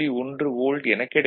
1 volt என கிடைக்கும்